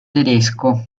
tedesco